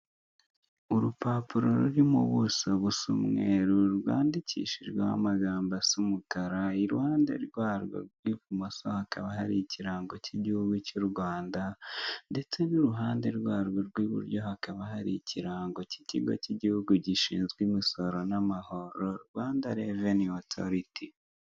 Urupapuro rurimo ubuso busa umweru rwandikishijwe amagambo asa umukara, iruhande rwarwo rw'ibumoso hakaba hari ikirango cy'igihugu cy'u rwanda ndetse, n'iruhande rwarwo rw'iburyo hakaba hari ikirango cy'ikigo cy'igihugu gishinzwe imisoro n'amahoro rwanda reveni otoriti.